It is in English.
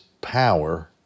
power